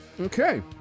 Okay